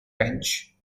bench